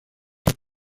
heb